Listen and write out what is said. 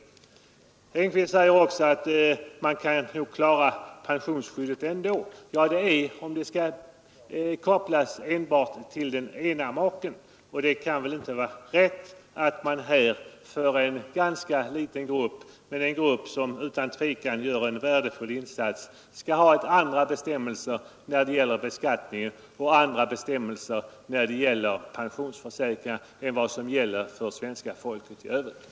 Herr Engkvist säger att man nog kan klara pensionsskyddet ändå. Ja, det sker om det kopplas enbart till den ena maken. Det kan väl inte vara rätt att man för en ganska liten grupp, som utan tvivel gör en värdefull insats, skall ha andra bestämmelser när det gäller beskattningen och andra bestämmelser när det gäller pensionsförsäkringar än vad som gäller för svenska folket i övrigt.